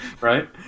Right